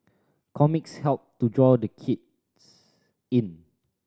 comics help to draw the kids in